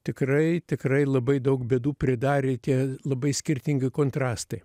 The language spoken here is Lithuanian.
tikrai tikrai labai daug bėdų pridarė tie labai skirtingi kontrastai